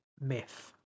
myth